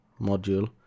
module